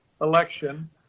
election